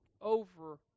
over